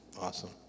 Awesome